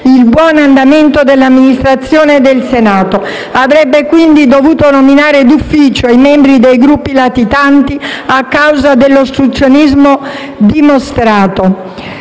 il buon andamento dell'Amministrazione del Senato.». Avrebbe dovuto quindi nominare d'ufficio i membri dei Gruppi latitanti a causa dell'ostruzionismo dimostrato;